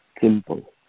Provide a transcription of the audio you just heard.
simple